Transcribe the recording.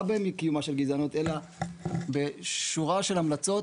בקיומה של גזענות אלא בשורה של המלצות,